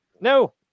no